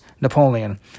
Napoleon